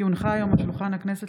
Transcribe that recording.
כי הונחו היום על שולחן הכנסת,